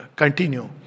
continue